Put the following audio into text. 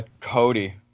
Cody